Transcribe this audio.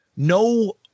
No